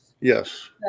yes